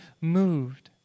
moved